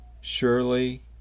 Surely